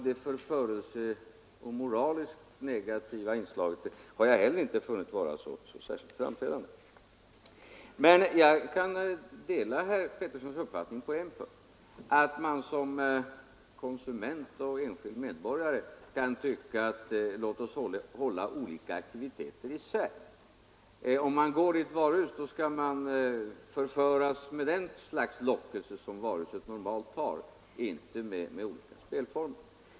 Det förförande och moraliskt negativa inslaget har jag heller inte funnit vara så särskilt framträdande. Men jag delar herr Petterssons uppfattning på en punkt — att man som konsument och enskild medborgare kan tycka att vi skall hålla olika aktiviteter isär. Om man går i ett varuhus, skall man förföras med det slags lockelse som varuhuset normalt har, inte med olika spelformer.